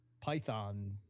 Python